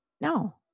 No